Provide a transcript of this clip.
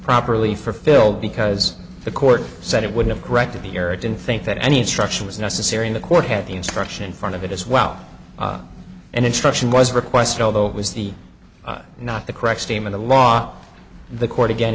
properly for phil because the court said it would have corrected the error didn't think that any instruction was necessary in the court had the instruction in front of it as well and instruction was requested although it was the not the correct statement of law the court again